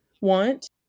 want